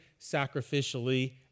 sacrificially